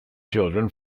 children